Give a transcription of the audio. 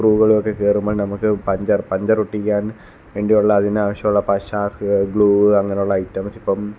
സ്ക്രൂകളും ഒക്കെ കേറുമ്പോൾ നമുക്ക് പഞ്ചർ പഞ്ചർ ഒട്ടിക്കാൻ വേണ്ടിയുള്ള അതിനാവശ്യമുള്ള പശ ഗ്ളൂ അങ്ങനെയുള്ള ഐറ്റംസ് ഇപ്പം